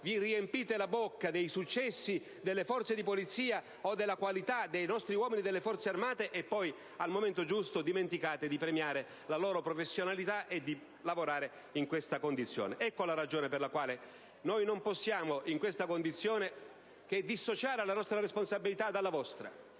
vi riempite la bocca dei successi delle Forze di polizia o della qualità dei nostri uomini delle Forze armate e poi, al momento giusto, dimenticate di premiare la loro professionalità e di lavorare in questa direzione. Ecco la ragione per la quale non possiamo in questa condizione che dissociare la nostra responsabilità dalla vostra.